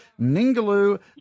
Ningaloo